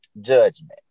judgment